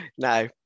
no